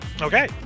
Okay